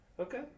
Okay